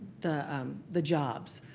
the um the jobs.